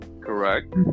correct